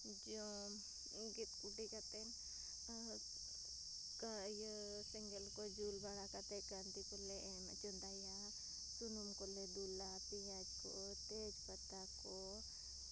ᱡᱚᱢ ᱜᱮᱫ ᱠᱩᱴᱤ ᱠᱟᱛᱮ ᱮᱸ ᱤᱭᱟᱹ ᱥᱮᱸᱜᱮᱞ ᱠᱚ ᱡᱩᱞ ᱵᱟᱲᱟ ᱠᱟᱛᱮ ᱠᱟᱱᱛᱤ ᱠᱚᱞᱮ ᱪᱚᱸᱫᱟᱭᱟ ᱥᱩᱱᱩᱢ ᱠᱚᱞᱮ ᱫᱩᱞᱟ ᱯᱮᱸᱭᱟᱡ ᱠᱚ ᱛᱮᱡ ᱯᱟᱛᱟ ᱠᱚ